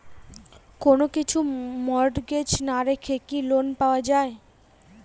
কোন কিছু মর্টগেজ না রেখে কি লোন পাওয়া য়ায়?